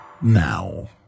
now